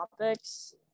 topics